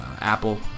Apple